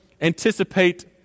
anticipate